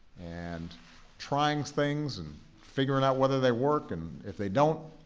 and trying things and figuring out whether they work, and if they don't,